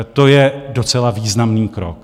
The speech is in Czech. To je docela významný krok.